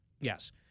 Yes